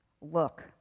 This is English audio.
Look